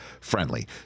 friendly